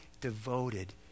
devoted